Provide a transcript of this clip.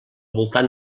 voltant